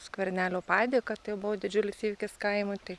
skvernelio padėką tai buvo didžiulis įvykis kaimui tai